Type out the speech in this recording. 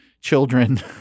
Children